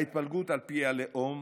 ההתפלגות על פי הלאום,